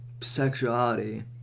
sexuality